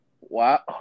Wow